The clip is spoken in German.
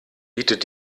bietet